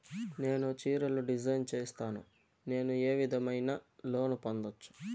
నేను చీరలు డిజైన్ సేస్తాను, నేను ఏ విధమైన లోను పొందొచ్చు